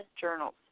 journals